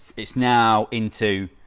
it's now into.